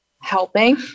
helping